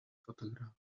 photograph